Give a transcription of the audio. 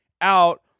out